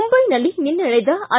ಮುಂಬೈನಲ್ಲಿ ನಿನ್ನೆ ನಡೆದ ಐ